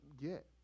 get